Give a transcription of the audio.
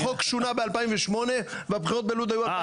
החוק שונה ב-2008 והבחירות בלוד היו ב-2013.